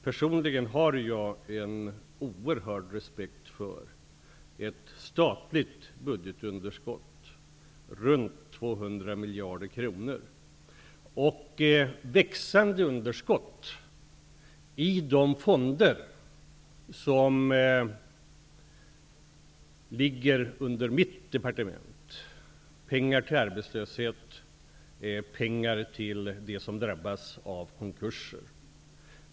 Personligen har jag en oerhörd respekt för ett statligt budgetunderskott runt 200 miljarder kronor och för ett växande underskott i de fonder som ligger under mitt departement. Det är pengar som behövs vid arbetslöshet, pengar som skall gå till dem som drabbas av konkurser.